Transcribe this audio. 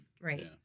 Right